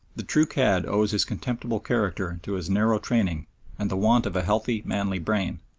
the true cad owes his contemptible character to his narrow training and the want of a healthy, manly brain.